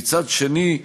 ומצד שני,